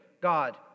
God